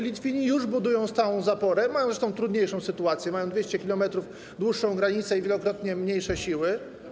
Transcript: Litwini już budują stałą zaporę, mają zresztą trudniejszą sytuację, mają o 200 km dłuższą granicę i wielokrotnie mniejsze siły.